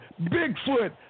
Bigfoot